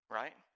right